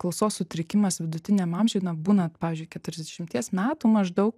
klausos sutrikimas vidutiniam amžiui na būnant pavyzdžiui keturiasdešimties metų maždaug